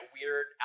weird